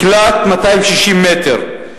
מקלט של 260 מטר.